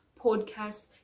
podcasts